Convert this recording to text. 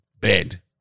bed